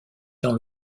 dans